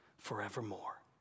forevermore